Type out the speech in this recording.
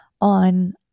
on